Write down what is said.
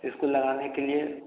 इसको लगाने के लिए